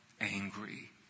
angry